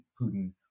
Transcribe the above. Putin